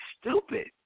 stupid